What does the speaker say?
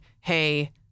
hey